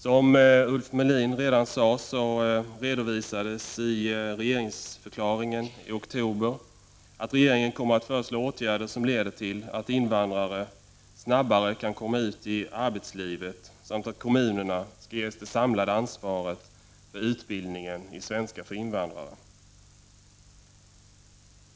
Som Ulf Melin sade redovisades redan i regeringsförklaringen i oktober att regeringen kommer att föreslå åtgärder som leder till att invandrare snabbare kan komma ut i arbetslivet samt att kommunerna ges det samlade ansvaret för utbildningen i svenska för invandrare.